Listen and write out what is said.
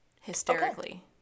hysterically